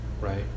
right